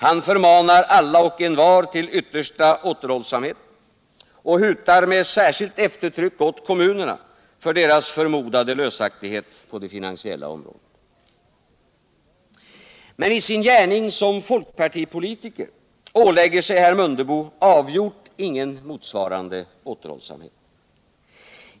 Han förmanar alla och envar till yttersta återhållsamhet och hutar med särskilt eftertryck åt kommunerna för deras förmodade slösaktighet på det finansiella området. Men i sin gärning som folkpartipolitiker ålägger sig herr Mundebo avgjort ingen motsvarande återhållsamhet.